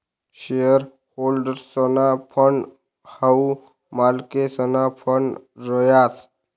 share होल्डर्सना fund हाऊ मालकेसना फंड रहास